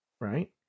Right